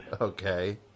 Okay